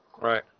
Right